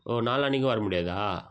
ஓ நாளான்னிக்கும் வர முடியாதா